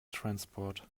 transport